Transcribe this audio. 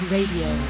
Radio